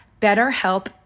BetterHelp